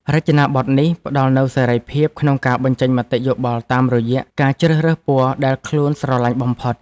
រចនាប័ទ្មនេះផ្តល់នូវសេរីភាពក្នុងការបញ្ចេញមតិយោបល់តាមរយៈការជ្រើសរើសពណ៌ដែលខ្លួនស្រឡាញ់បំផុត។